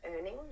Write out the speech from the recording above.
earning